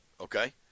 okay